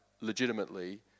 legitimately